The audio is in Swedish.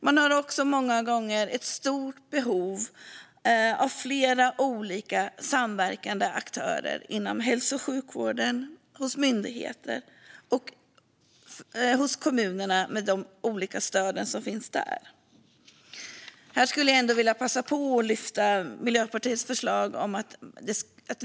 Man har också många gånger ett stort behov av flera olika samverkande aktörer inom hälso och sjukvården, hos myndigheter och hos kommunerna med de olika stöd som finns där. Här vill jag passa på att lyfta fram Miljöpartiets förslag.